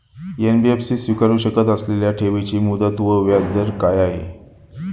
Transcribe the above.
NBFC स्वीकारु शकत असलेल्या ठेवीची मुदत व व्याजदर काय आहे?